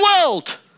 world